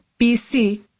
BC